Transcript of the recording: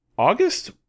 August